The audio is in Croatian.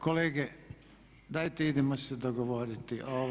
Kolega dajte idemo se dogovoriti.